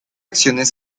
acciones